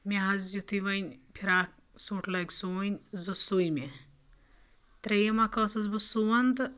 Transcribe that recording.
مےٚ حظ یُتھُے وۄنۍ فِراک سوٗٹ لٲگۍ سُوٕنۍ زٕ سُوۍ مےٚ ترٛیٚیِم اَکھ ٲسٕس بہٕ سُوان تہٕ